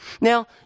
Now